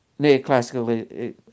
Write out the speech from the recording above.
neoclassical